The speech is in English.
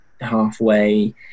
halfway